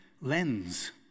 lens